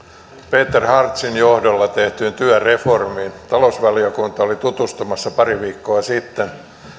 peter hartzin johdolla tehtyyn työreformiin talousvaliokunta oli tutustumassa pari viikkoa sitten